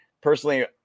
Personally